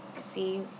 See